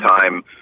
time